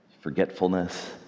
forgetfulness